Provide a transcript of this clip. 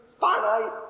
finite